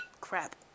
crap